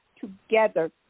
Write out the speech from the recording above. together